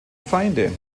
feinde